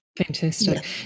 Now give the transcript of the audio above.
Fantastic